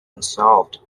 unsolved